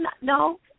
no